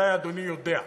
ודאי אדוני יודע.